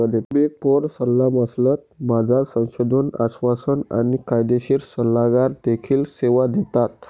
big four सल्लामसलत, बाजार संशोधन, आश्वासन आणि कायदेशीर सल्लागार देखील सेवा देतात